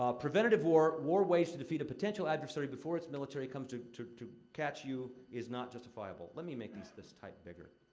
um preventative war war waged to defeat a potential adversary before its military comes to to catch you is not justifiable. let me make this this type bigger.